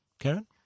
Karen